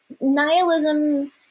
nihilism